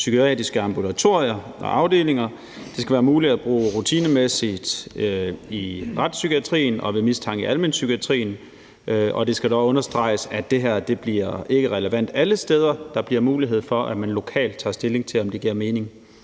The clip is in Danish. psykiatriske ambulatorier og afdelinger. Det skal være muligt at bruge rutinemæssigt i retspsykiatrien og ved mistanke i almenpsykiatrien. Det skal dog understreges, at det her ikke bliver relevant alle steder. Der bliver mulighed for, at man lokalt tager stilling til, om det giver mening